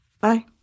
Bye